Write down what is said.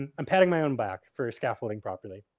and i'm padding my own back for scaffolding properly.